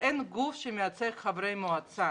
אין גוף שמייצג חברי מועצה.